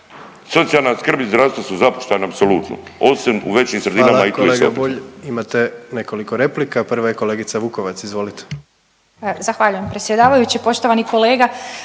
Socijalna skrb i zdravstvo su zapuštana apsolutno, osim u većim sredinama i …/Govornici